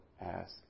ask